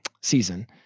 season